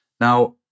Now